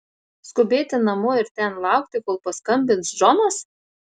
skubėti namo ir ten laukti kol paskambins džonas